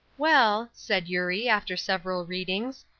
well, said eurie, after several readings,